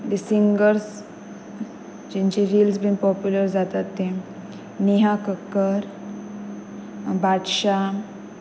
singers जांचे reels बीन popular जातात ते नेहा कक्कर बादशाह